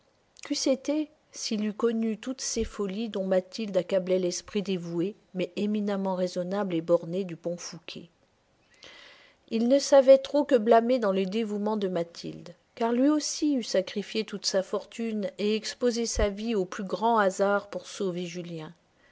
queût ce été s'il eût connu toutes les folies dont mathilde accablait l'esprit dévoué mais éminemment raisonnable et borné du bon fouqué il ne savait trop que blâmer dans le dévouement de mathilde car lui aussi eût sacrifié toute sa fortune et exposé sa vie aux plus grands hasards pour sauver julien